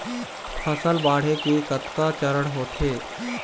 फसल बाढ़े के कतका चरण होथे?